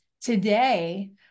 today